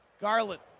Garland